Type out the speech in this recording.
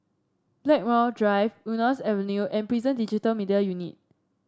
Blackmore Drive Eunos Avenue and Prison Digital Media Unit